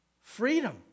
freedom